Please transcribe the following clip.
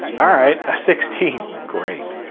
ah right, a sixteen. great.